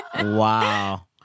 Wow